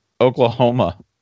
Oklahoma